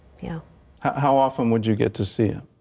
yeah how often would you get to see him.